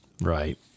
Right